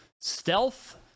stealth